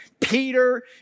Peter